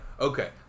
Okay